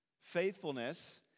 Faithfulness